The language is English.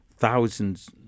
thousands